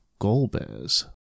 Golbez